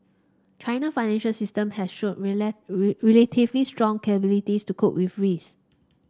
China financial system has shown relatively strong capability to cope with risk